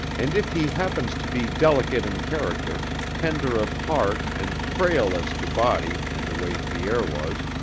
and if he happens to be delicate in character, tender of heart and frail as to body in the way pierre was,